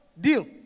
deal